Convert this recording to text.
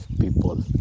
people